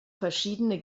verschiedene